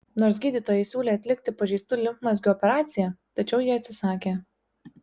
nors gydytojai siūlė atlikti pažeistų limfmazgių operaciją tačiau ji atsisakė